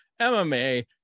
MMA